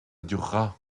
durera